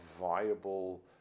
viable